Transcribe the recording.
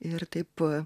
ir taip